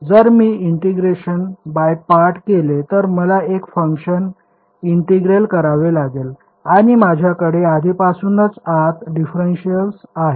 जर मी integration by parts केले तर मला एक फंक्शन इंटिग्रेट करावे लागेल आणि माझ्याकडे आधीपासूनच आत डिफरेन्शिअल आहे